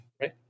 right